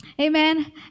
Amen